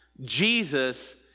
Jesus